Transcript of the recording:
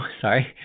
sorry